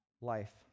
life